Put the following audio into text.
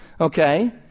okay